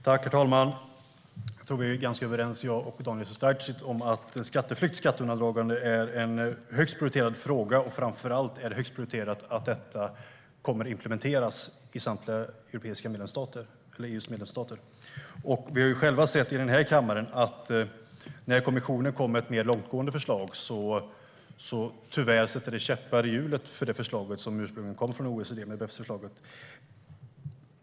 Herr talman! Jag tror att jag och Daniel Sestrajcic är ganska överens om att skatteflykt och skatteundandragande är en högst prioriterad fråga. Framför allt är det högst prioriterat att detta ska implementeras i samtliga EU:s medlemsstater. Vi har ju själva sett här i kammaren att när kommissionen kommer med ett mer långtgående förslag sätter det tyvärr käppar i hjulen för det förslag som ursprungligen kom från OECD - BEPS-förslaget.